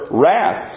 wrath